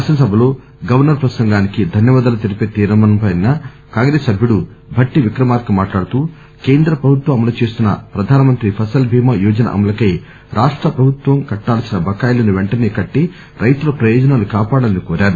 శాసన సభలో గవర్సర్ ప్రసంగానికి ధన్యవాదాలు తెలిపే తీర్మానంపై కాంగ్రెస్ సభ్యుడు భట్టి విక్రమార్క మాట్లాడుతూ కేంద్ర ప్రభుత్వం అమలు చేస్తున్న ప్రధాన మంత్రి ఫసల్ బీమా యోజన అమలుకై రాష్ట ప్రభుత్వ కట్టాల్సిన బకాయిలను వెంటనే కట్టి రైతుల ప్రయోజనాలు కాపాడాలని కోరారు